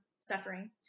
suffering